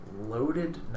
Loaded